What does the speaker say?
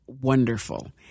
Wonderful